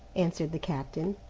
answered the captain.